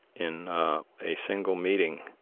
in a single meeting,